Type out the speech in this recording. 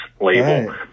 label